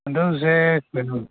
ꯑꯗꯨꯁꯦ ꯀꯩꯅꯣ